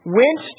went